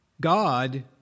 God